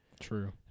true